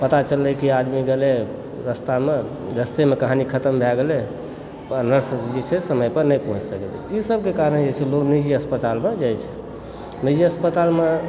पता चललै कि आदमी गेलय रस्तामऽ रास्तेमे कहानी खतम भए गेलै नर्ससभ जे छै से समय पर नहि पहुँच सकलय ई सभकेँ कारण जे छै लोग निजी अस्पतालमे जाइ छै निजी अस्पतालमे